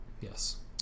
yes